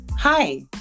Hi